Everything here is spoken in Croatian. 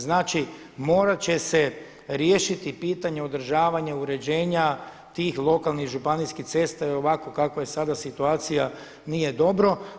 Znači mora će se riješiti pitanje održavanja, uređenja tih lokalnih županijskih cesta i ovako kako je sada situacija nije dobro.